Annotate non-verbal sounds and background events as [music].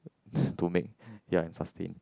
[breath] to make and ya sustain